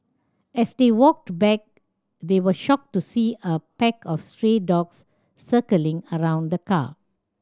as they walked back they were shocked to see a pack of stray dogs circling around the car